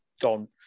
gone